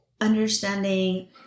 understanding